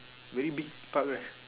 very big park right